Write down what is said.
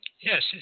yes